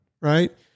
right